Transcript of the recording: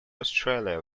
australia